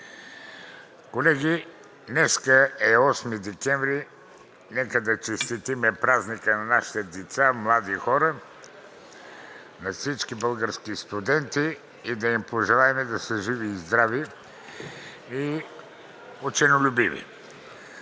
Колеги, днес е 8 декември. Нека да честитим празника на нашите деца, млади хора, на всички български студенти и да им пожелаем да са живи и здрави, и ученолюбиви!